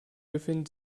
befindet